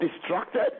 distracted